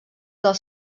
del